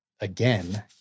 again